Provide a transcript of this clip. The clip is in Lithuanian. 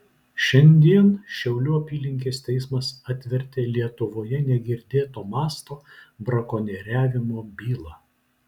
šiandien šiaulių apylinkės teismas atvertė lietuvoje negirdėto masto brakonieriavimo bylą